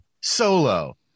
solo